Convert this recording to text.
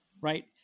Right